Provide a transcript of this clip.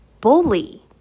bully